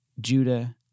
Judah